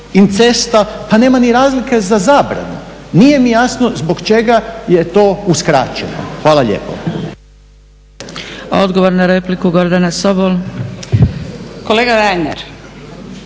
incesta pa nema ni razlike za zabranu. Nije mi jasno zbog čega je to uskraćeno. Hvala lijepo. **Zgrebec, Dragica (SDP)** Odgovor na repliku